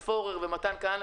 עודד פורר ומתן כהנא,